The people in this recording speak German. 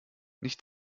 nicht